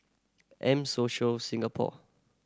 M Social Singapore